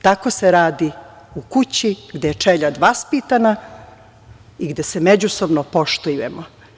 Tako se radi u kući gde su čeljad vaspitana i gde se međusobno poštujemo.